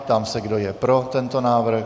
Ptám se, kdo je pro tento návrh.